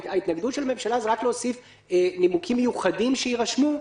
ההתנגדות של הממשלה היא רק להוסיף "נימוקים מיוחדים שיירשמו".